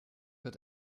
wird